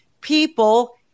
people